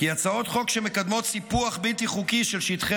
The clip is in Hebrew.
הצעות חוק שמקדמות סיפוח בלתי חוקי של שטחי